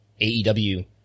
AEW